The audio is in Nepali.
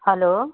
हेलो